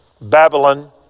Babylon